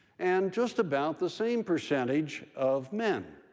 and just about the same percentage of men.